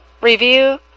review